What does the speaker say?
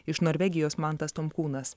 iš norvegijos mantas tomkūnas